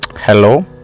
hello